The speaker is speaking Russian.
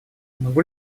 могу